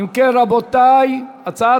ההצעה